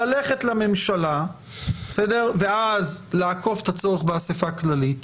ללכת לממשלה ואז לעקוף את הצורך באספה הכללית,